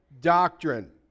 doctrine